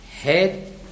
head